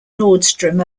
nordstrom